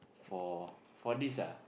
for for this ah